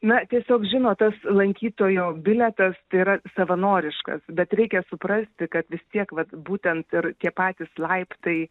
na tiesiog žinot tas lankytojo bilietas tai yra savanoriškas bet reikia suprasti kad vis tiek vat būtent ir tie patys laiptai